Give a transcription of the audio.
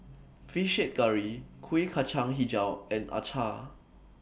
Fish Head Curry Kuih Kacang Hijau and Acar